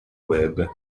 web